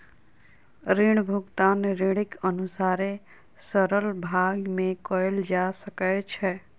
ऋण भुगतान ऋणीक अनुसारे सरल भाग में कयल जा सकै छै